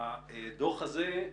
הדוח הזה,